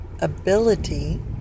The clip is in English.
ability